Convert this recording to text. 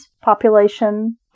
population